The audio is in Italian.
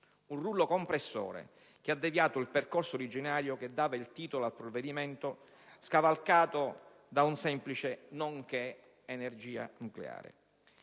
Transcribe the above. Un rullo compressore che ha deviato il percorso originario che dava il titolo al provvedimento, scavalcato da un semplice «nonché in materia